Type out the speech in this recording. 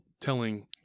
telling